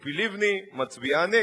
ציפי לבני מצביעה נגד.